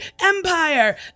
Empire